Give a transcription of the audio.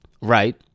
right